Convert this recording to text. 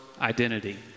Identity